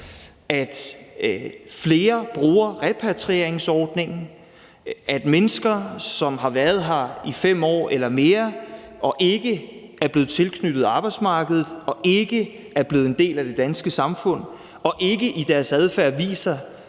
at flere bruger repatrieringsordningen; at mennesker, som har været her i 5 år eller mere og ikke er blevet tilknyttet arbejdsmarkedet og ikke er blevet en del af det danske samfund og ikke i deres adfærd viser,